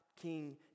King